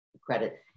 credit